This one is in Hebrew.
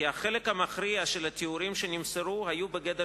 כי החלק המכריע של התיאורים שנמסרו היה בגדר